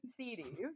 CDs